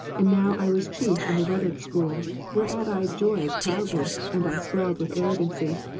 and now i was chief in the rhetoric school whereat i joyed proudly, and i swelled withari'ogancy,